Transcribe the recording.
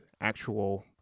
actual